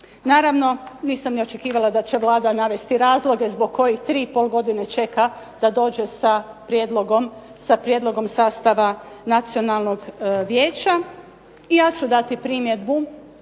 naravno nisam ni očekivala da će Vlada navesti razloge zbog kojih 3,5 godine čeka da dođe sa prijedlogom sastava Nacionalnog vijeća. I ja ću dati primjedbu